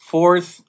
Fourth